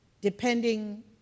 depending